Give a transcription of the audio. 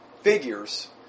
figures